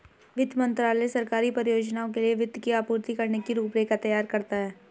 वित्त मंत्रालय सरकारी परियोजनाओं के लिए वित्त की आपूर्ति करने की रूपरेखा तैयार करता है